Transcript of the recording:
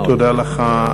תודה לך.